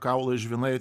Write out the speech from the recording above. kaulai žvynai